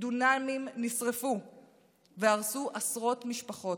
דונמים נשרפו והרסו עשרות משפחות.